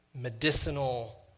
medicinal